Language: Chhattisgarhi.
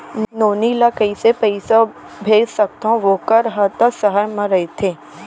नोनी ल कइसे पइसा भेज सकथव वोकर हा त सहर म रइथे?